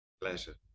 Pleasure